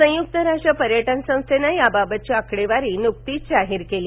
संयुक्त राष्ट्र पर्यटन संस्थेनं याबाबतची आकडेवारी नुकतीच जाहीर केली